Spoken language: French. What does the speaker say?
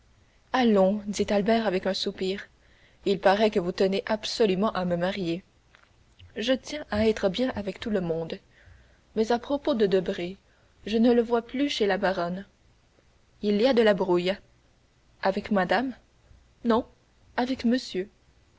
allons dit albert avec un soupir il paraît que vous tenez absolument à me marier je tiens à être bien avec tout le monde mais à propos de debray je ne le vois plus chez la baronne il y a de la brouille avec madame non avec monsieur